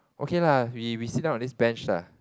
okay lah we we sit down on this bench lah